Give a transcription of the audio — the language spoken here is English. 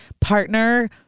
partner